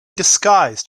disguised